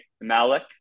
Malik